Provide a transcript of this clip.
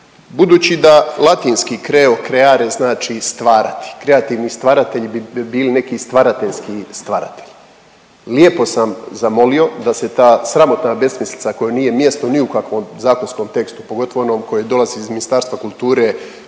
Budući da latinski creo creare znači stvarati, kreativni stvaratelji bi bili neki stvarateljski stvaratelji. Lijepo sam zamolio da se ta sramotna besmislica kojoj nije mjesto ni u kakvom zakonskom tekstu, pogotovo onom koji dolazi iz Ministarstva kulture,